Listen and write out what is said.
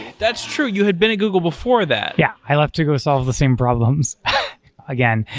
that's true. you had been at google before that. yeah. i love to go solve the same problems again,